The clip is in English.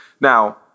now